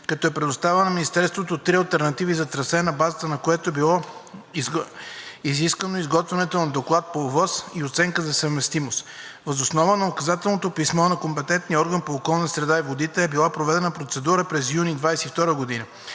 като е предоставила на Министерството три алтернативи за трасе, на база на което е било изискано изготвянето на Доклад по ОВОС и оценка за съвместимост. Въз основа на указателното писмо на компетентния орган по околната следа и водите е била проведена процедура през юни 2022 г.